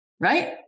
right